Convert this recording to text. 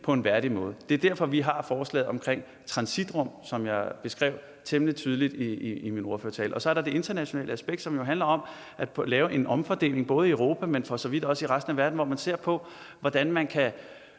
på en værdig måde. Det er derfor, vi har forslaget om transitrum, som jeg beskrev temmelig tydeligt i min ordførertale. Så er der det internationale aspekt, som handler om at lave en omfordeling, både i Europa, men for så vidt også i resten af verden, hvor man ser på, hvordan man kan